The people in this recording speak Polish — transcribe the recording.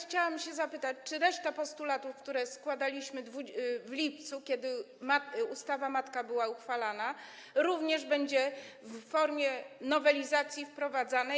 Chciałam natomiast zapytać, czy reszta postulatów, które składaliśmy w lipcu, kiedy ustawa matka była uchwalana, również będzie w formie nowelizacji wprowadzana.